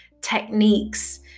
techniques